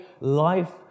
life